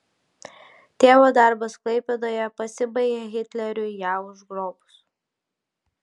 tėvo darbas klaipėdoje pasibaigė hitleriui ją užgrobus